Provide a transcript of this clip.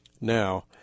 now